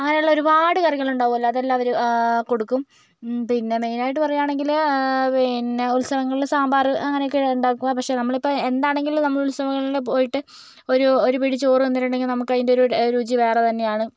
അങ്ങനെയുള്ള ഒരുപാട് കറികളുണ്ടാകും അതെല്ലാം അവർ കൊടുക്കും പിന്നെ മെയിനായിട്ട് പറയുകയാണെങ്കിൽ പിന്നെ ഉത്സവങ്ങളിൽ സാമ്പാർ അങ്ങനെയൊക്കെ ഉണ്ടാക്കുക പക്ഷെ നമ്മളിപ്പോൾ എന്താണെങ്കിലും നമ്മൾ ഉത്സവങ്ങളിൽ പോയിട്ട് ഒരു ഒരു പിടി ചോറ് തിന്നിട്ടുണ്ടെങ്കിൽ നമുക്കതിൻ്റെ ഒരു രുചി വേറെ തന്നെയാണ്